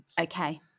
Okay